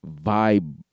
vibe